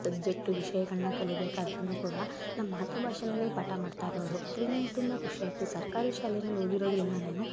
subject ವಿಷಯಗಳನ್ನ ಕಲಿಬೇಕಾದ್ರೂ ಕೂಡ ನಮ್ಮ ಮಾತೃಭಾಷೆಯಲ್ಲೇ ಪಾಠ ಮಾಡ್ತಾಯಿರೋರೋ ಅದರಿಂದ ನನಗೆ ತುಂಬ ಖುಷಿ ಆಯಿತು ಸರ್ಕಾರಿ ಶಾಲೆಯಲ್ಲಿ ಓದಿರೋದರಿಂದ ನಾನು